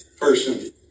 person